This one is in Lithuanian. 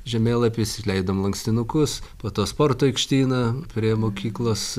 žemėlapiais leidom lankstinukus po to sporto aikštyną prie mokyklos